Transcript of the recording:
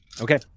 Okay